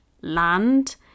land